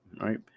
right